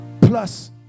Plus